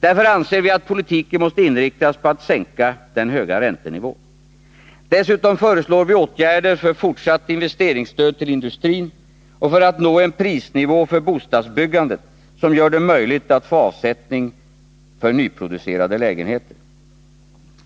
Därför anser vi att politiken måste inriktas på att sänka den höga räntenivån. Dessutom föreslår vi åtgärder för fortsatt investeringsstöd till industrin och för att nå en prisnivå för bostadsbyggandet som gör det möjligt att få avsättning för nyproducerade lägenheter.